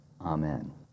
Amen